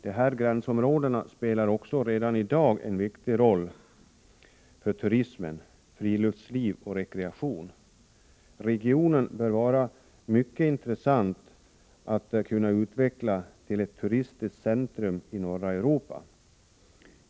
De här gränsområdena spelar också redan i dag en viktig roll för turism, friluftsliv och rekreation. Regionen bör vara mycket intressant att utveckla till ett turistiskt centrum i norra Europa.